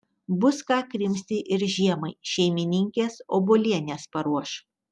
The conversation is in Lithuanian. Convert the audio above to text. bus ką krimsti ir žiemai šeimininkės obuolienės paruoš